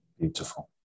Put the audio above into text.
Beautiful